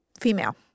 female